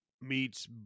meets